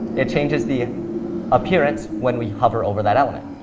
it changes the appearance when we hover over that element.